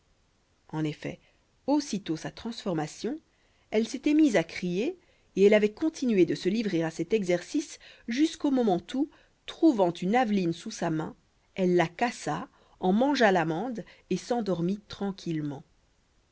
en effet aussitôt sa transformation elle s'était mise à crier et elle avait continué de se livrer à cet exercice jusqu'au moment où trouvant une aveline sous sa main elle la cassa en mangea l'amande et s'endormit tranquillement